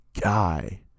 guy